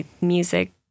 music